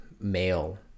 Male